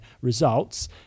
results